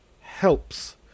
helps